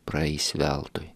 praeis veltui